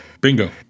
Bingo